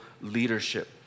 leadership